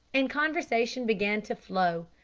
and conversation began to flow.